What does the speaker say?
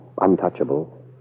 untouchable